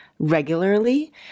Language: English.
regularly